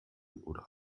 oder